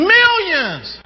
millions